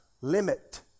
limit